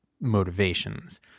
motivations